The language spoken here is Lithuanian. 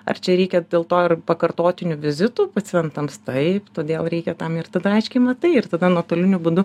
ar čia reikia dėl to ir pakartotinių vizitų pacientams taip todėl reikia tam ir tada aiškiai matai ir tada nuotoliniu būdu